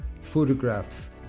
photographs